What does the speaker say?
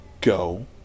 go